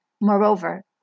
Moreover